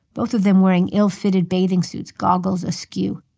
both of them wearing ill-fitted bathing suits, goggles askew,